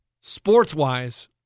Sports-wise –